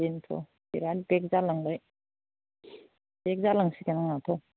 बेनोथ' बिराद बेक जालांबाय बेक जालांसिगोन आंनाथ'